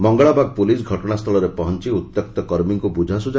Mangalabag police ଘଟଶା ସ୍ଥଳରେ ପହଞି ଉତ୍ୟକ୍ତ କର୍ମୀଙ୍କୁ ବୁଝାସୁଝ